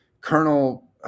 Colonel